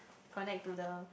connect to the